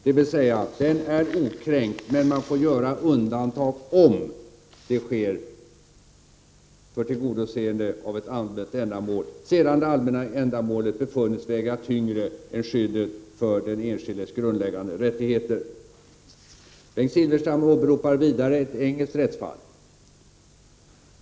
Dvs. rätten till egendom skall vara okränkt, men man får göra undantag om det sker för tillgodoseende av ett allmänt ändamål sedan det allmänna ändamålet befunnits väga tyngre än skyddet för den enskildes grundläggande rättigheter. Bengt Silfverstrand åberopar vidare ett engelskt rättsfall.